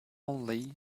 only